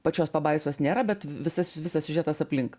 pačios pabaisos nėra bet visas visas siužetas aplink